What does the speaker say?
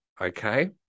okay